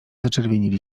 zaczerwienili